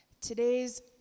Today's